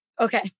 Okay